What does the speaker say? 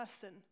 person